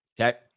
Okay